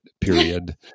period